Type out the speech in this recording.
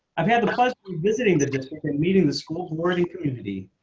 i've had the pleasure of visiting the meeting the school learning community.